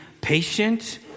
patient